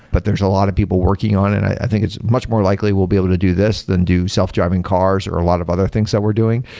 but there's a lot of people working on it. i think it's much more likely we'll be able to do this than do self-driving cars or a lot of other things that we're doing.